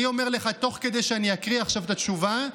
אני אומר לך, תוך כדי שאני אקריא עכשיו את התשובה,